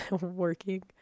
working